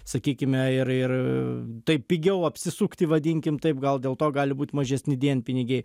sakykime ir ir taip pigiau apsisukti vadinkim taip gal dėl to gali būt mažesni dienpinigiai